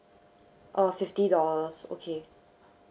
err fifty dollars okay